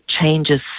changes